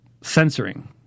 censoring